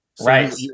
Right